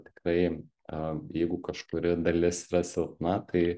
tikrai a jeigu kažkuri dalis yra silpna tai